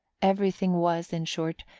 everything was, in short,